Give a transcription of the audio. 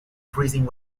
freezing